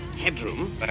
headroom